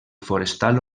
forestal